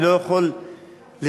אני לא יכול לזלזל,